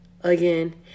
again